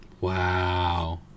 wow